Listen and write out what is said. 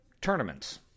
Tournaments